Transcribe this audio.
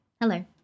Hello